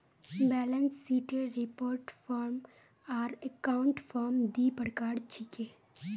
balance शीटेर report form आर account form दी प्रकार छिके